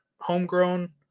homegrown